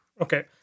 okay